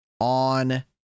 on